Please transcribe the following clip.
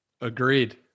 Agreed